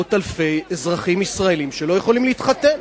מאות אלפי אזרחים ישראלים שלא יכולים להתחתן.